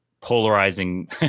polarizing